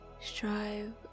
Strive